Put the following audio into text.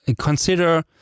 consider